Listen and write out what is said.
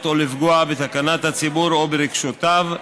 או לפגוע בתקנת הציבור או ברגשותיו,